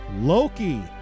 Loki